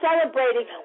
celebrating